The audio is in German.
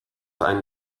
einen